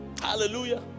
Hallelujah